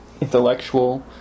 intellectual